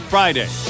Friday